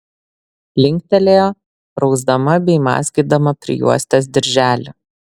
linktelėjo rausdama bei mazgydama prijuostės dirželį